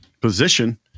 position